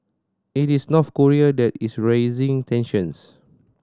it is North Korea that is raising tensions